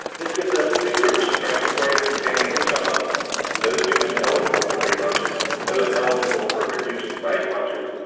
this gives us three groups, ranked according to family income level those students eligible for free lunches, those eligible for reduced price lunches,